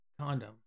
condom